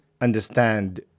understand